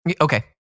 Okay